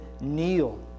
Kneel